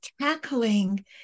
tackling